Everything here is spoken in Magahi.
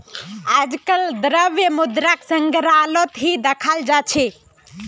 आजकल द्रव्य मुद्राक संग्रहालत ही दखाल जा छे